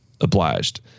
obliged